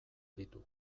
ditu